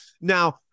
Now